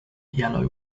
yellow